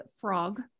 frog